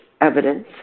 evidence